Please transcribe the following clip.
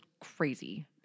crazy